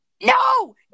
No